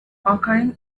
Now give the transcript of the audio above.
occurring